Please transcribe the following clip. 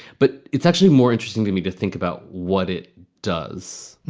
but it's actually more interesting to me to think about what it does